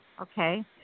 okay